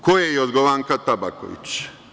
Ko je Jorgovanka Tabaković?